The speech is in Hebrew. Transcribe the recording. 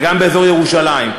וגם באזור ירושלים.